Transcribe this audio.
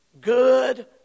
good